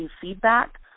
feedback